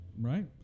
Right